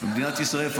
מדינת ישראל,